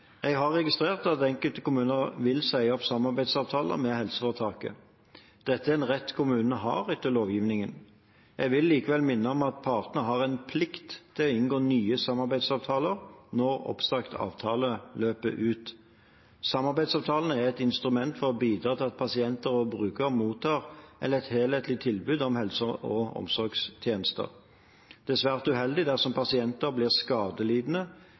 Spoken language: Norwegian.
Jeg har registrert at enkelte kommuner vil si opp samarbeidsavtalen med helseforetaket. Dette er en rett kommunene har etter lovgivningen. Jeg vil likevel minne om at partene har en plikt til å inngå nye samarbeidsavtaler når oppsagt avtale løper ut. Samarbeidsavtalen er et instrument for å bidra til at pasienter og brukere mottar et helhetlig tilbud om helse- og omsorgstjenester. Det er svært uheldig dersom pasienter blir skadelidende